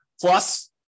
Plus